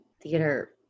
theater